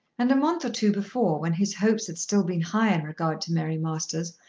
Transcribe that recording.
and a month or two before, when his hopes had still been high in regard to mary masters,